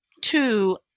two